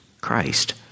Christ